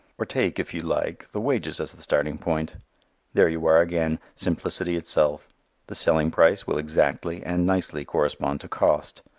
or take, if you like, the wages as the starting point there you are again simplicity itself the selling price will exactly and nicely correspond to cost.